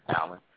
Alan